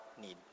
need